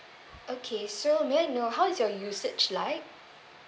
okay so may I know how is your usage like